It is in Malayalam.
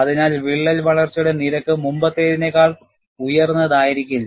അതിനാൽ വിള്ളൽ വളർച്ചയുടെ നിരക്ക് മുമ്പത്തേതിനേക്കാൾ ഉയർന്നതായിരിക്കില്ല